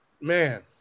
man